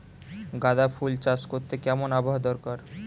গাঁদাফুল চাষ করতে কেমন আবহাওয়া দরকার?